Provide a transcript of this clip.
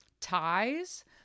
ties